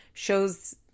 Shows –